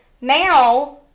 now